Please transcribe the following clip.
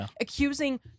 accusing